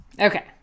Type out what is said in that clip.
okay